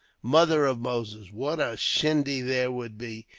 mother of moses, what a shindy there would be,